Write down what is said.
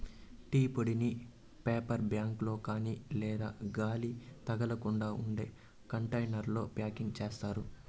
tea పొడిని paper bag లో కాని లేదా గాలి తగలకుండా ఉండే కంటైనర్లలో ప్యాకింగ్ చేత్తారు